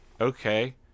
Okay